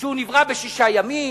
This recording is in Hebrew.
שהוא נברא בשישה ימים,